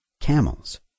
camels